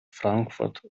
frankfurt